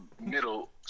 middle